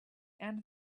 and